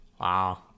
Wow